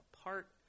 apart